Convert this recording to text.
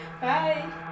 Bye